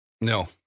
No